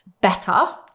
Better